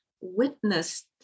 witnessed